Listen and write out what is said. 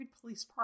police